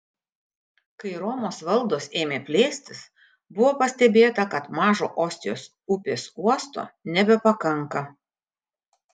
kai romos valdos ėmė plėstis buvo pastebėta kad mažo ostijos upės uosto nebepakanka